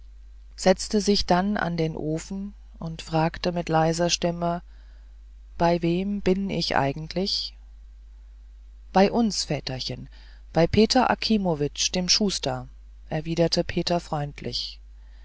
setzte sich dann an den ofen und fragte mit leiser stimme bei wem bin ich eigentlich bei uns väterchen bei peter akimowitsch dem schuster erwiderte peter freundlich